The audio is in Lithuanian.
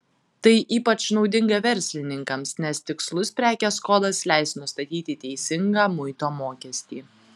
tai ypač naudinga verslininkams nes tikslus prekės kodas leis nustatyti teisingą muito mokestį